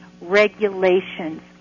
regulations